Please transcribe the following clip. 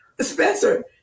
Spencer